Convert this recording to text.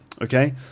okay